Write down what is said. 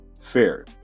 fair